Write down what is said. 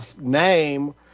name